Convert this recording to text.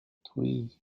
توئی